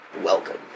Welcome